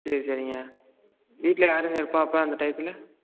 சரி சரிங்க வீட்டில் யாருங்க இருப்பா அப்போ அந்த டையத்தில்